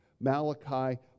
Malachi